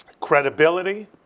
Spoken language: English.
credibility